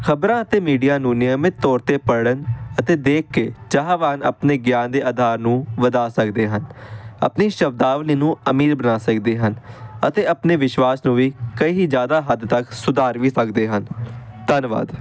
ਖਬਰਾਂ ਅਤੇ ਮੀਡੀਆ ਨੂੰ ਨਿਯਮਿਤ ਤੌਰ 'ਤੇ ਪੜ੍ਹਨ ਅਤੇ ਦੇਖ ਕੇ ਚਾਹਵਾਨ ਆਪਣੇ ਗਿਆਨ ਦੇ ਆਧਾਰ ਨੂੰ ਵਧਾ ਸਕਦੇ ਹਨ ਆਪਣੀ ਸ਼ਬਦਾਵਲੀ ਨੂੰ ਅਮੀਰ ਬਣਾ ਸਕਦੇ ਹਨ ਅਤੇ ਆਪਣੇ ਵਿਸ਼ਵਾਸ ਨੂੰ ਵੀ ਕਈ ਜ਼ਿਆਦਾ ਹੱਦ ਤੱਕ ਸੁਧਾਰ ਵੀ ਸਕਦੇ ਹਨ ਧੰਨਵਾਦ